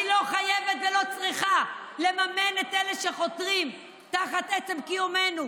אני לא חייבת ולא צריכה לממן את אלה שחותרים תחת עצם קיומנו